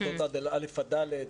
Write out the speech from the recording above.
ואת כיתות א' ד'.